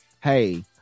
hey